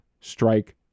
strike